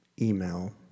email